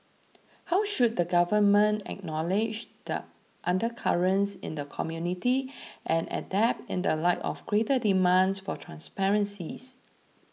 how should the government acknowledge the undercurrents in the community and adapt in the light of greater demands for transparencies